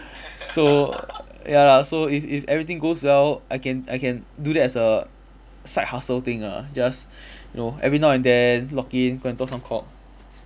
so ya lah so if if everything goes well I can I can do that as a side hustle thing ah just you know every now and then log in go and talk some cock